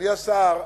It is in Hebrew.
אדוני השר,